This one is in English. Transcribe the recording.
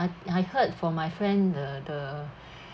I I heard from my friend the the